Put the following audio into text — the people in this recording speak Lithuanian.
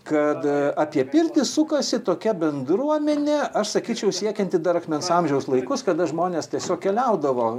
kad apie pirtį sukasi tokia bendruomenė aš sakyčiau siekianti dar akmens amžiaus laikus kada žmonės tiesiog keliaudavo